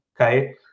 okay